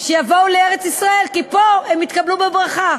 שיבואו לארץ-ישראל, כי פה הם יתקבלו בברכה.